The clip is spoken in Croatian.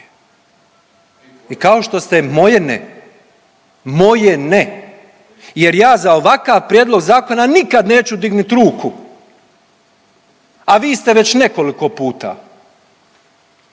I kao što ste, moje ne, moje ne jer ja za ovakav prijedlog zakona nikad neću dignut ruku, a vi ste već nekoliko puta.